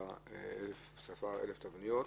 ספר 1,000 תבניות,